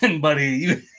buddy